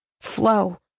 flow